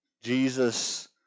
Jesus